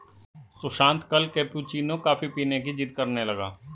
सुशांत कल cappuccino coffee पीने की जिद्द करने लगा